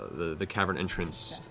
the the cavern entrance,